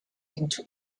into